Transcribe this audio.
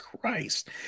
Christ